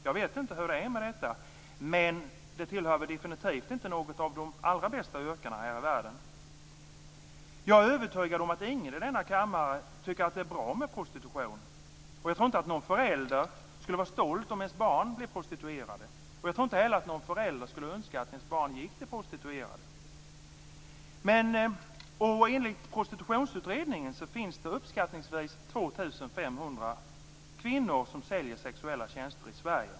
Jag vet inte hur det förhåller sig, men det tillhör definitivt inte de allra bästa yrkena här i världen. Jag är övertygad om att ingen i denna kammare tycker att det är bra med prostitution. Jag tror inte att någon förälder skulle vara stolt om hans eller hennes barn blev prostituerad, och jag tror inte heller att någon förälder skulle önska att hans eller hennes barn gick till prostituerade. Enligt Prostitutionsutredningen finns det uppskattningsvis 2 500 kvinnor som säljer sexuella tjänster i Sverige.